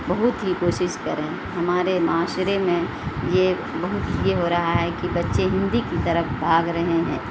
بہت ہی کوشش کریں ہمارے معاشرے میں یہ بہت یہ ہو رہا ہے کہ بچے ہندی کی طرف بھاگ رہے ہیں